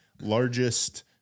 largest